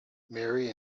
marry